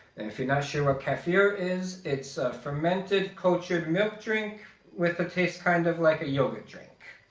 and if you're not sure what kefir is, it's a fermented cultured milk drink with a taste kind of like a yogurt drink.